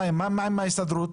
למה הגיעה ההסתדרות